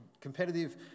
competitive